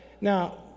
now